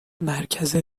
مرکز